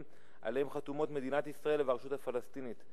שעליהם חתומות מדינת ישראל והרשות הפלסטינית.